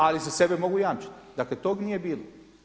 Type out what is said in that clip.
Ali za sebe mogu jamčiti, dakle tog nije bilo.